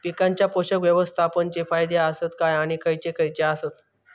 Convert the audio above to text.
पीकांच्या पोषक व्यवस्थापन चे फायदे आसत काय आणि खैयचे खैयचे आसत?